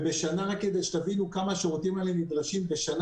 רק כדי שתבינו כמה השירותים האלה נדרשים בשנה